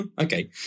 okay